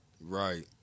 Right